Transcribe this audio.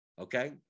okay